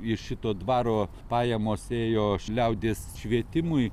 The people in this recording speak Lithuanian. iš šito dvaro pajamos ėjo š liaudies švietimui